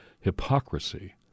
hypocrisy